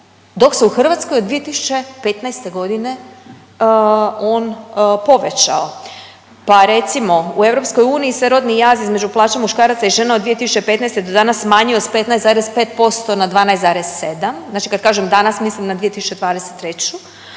dok se u Hrvatskoj od 2015. godine on povećao. Pa recimo u EU se rodni jaz između plaća muškaraca i žena od 2015. do danas smanjio s 15,5% na 12,7 znači kad kažem danas mislim na 2023.,